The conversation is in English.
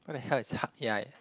where the hell is HatYai